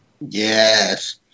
yes